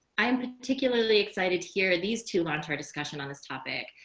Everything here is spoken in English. i'm particularly excited to hear these to launch our discussion on this topic.